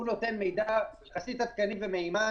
הוא נותן מידע יחסית עדכני ומהימן